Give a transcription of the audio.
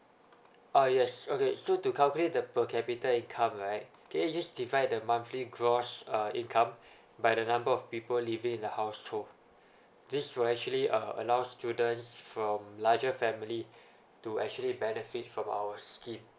uh yes okay so to calculate the per capita income right okay just divided monthly gross uh income by the number of people living in the household this will actually uh allow students from larger family to actually benefit from our scheme